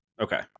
Okay